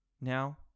Now